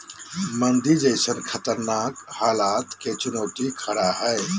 मंदी जैसन खतरनाक हलात के चुनौती खरा हइ